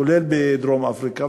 כולל בדרום-אפריקה,